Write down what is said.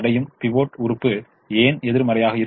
pivot உறுப்பு ஏன் எதிர்மறையாக இருக்க வேண்டும்